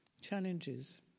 challenges